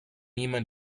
jemand